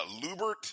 Lubert